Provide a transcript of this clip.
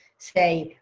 say,